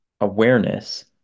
awareness